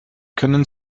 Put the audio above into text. können